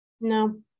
No